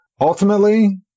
Ultimately